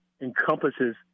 encompasses